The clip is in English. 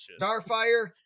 Starfire